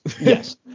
Yes